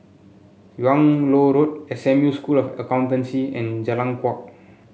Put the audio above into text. Yung Loh Road S M U School of Accountancy and Jalan Kuak